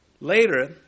Later